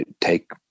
take